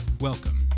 Welcome